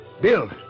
Bill